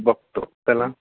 बघतो त्याला